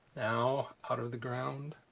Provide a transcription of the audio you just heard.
now out of the ground.